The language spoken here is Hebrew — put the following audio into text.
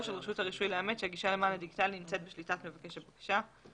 על רשות הרישוי לאמת שהגישה למען הדיגיטלי נמצאת בשליטת מבקש הבקשה,